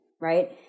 right